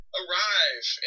arrive